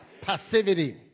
Passivity